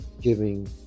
giving